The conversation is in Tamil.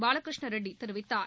பாலகிருஷ்ண ரெட்டி தெரிவித்தார்